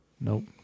Nope